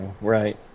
Right